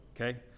Okay